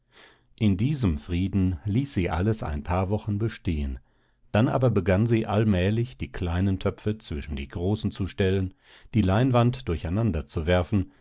in diesem frieden ließ sie alles ein paar wochen bestehen dann aber begann sie allmählich die kleinen töpfe zwischen die großen zu stellen die leinwand durcheinander zu werfen